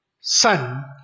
son